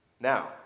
Now